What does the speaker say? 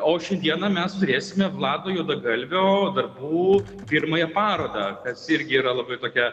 o šiandieną mes turėsime vlado juodagalvio darbų pirmąją parodą kas irgi yra labai tokia